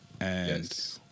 Yes